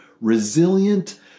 resilient